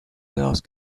ask